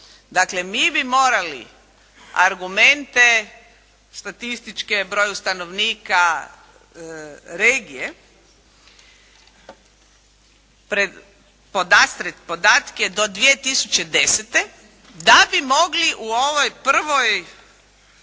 Dakle, mi bi morali argumente statističke o broju stanovnika regije podastrijeti podatke do 2010. da bi mogli u ovoj prvoj